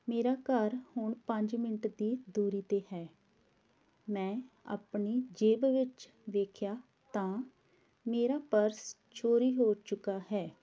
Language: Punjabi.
ਮੇਰਾ ਘਰ ਹੁਣ ਪੰਜ ਮਿੰਟ ਦੀ ਦੂਰੀ 'ਤੇ ਹੈ ਮੈਂ ਆਪਣੀ ਜੇਬ ਵਿੱਚ ਦੇਖਿਆ ਤਾਂ ਮੇਰਾ ਪਰਸ ਚੋਰੀ ਹੋ ਚੁੱਕਾ ਹੈ